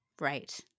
right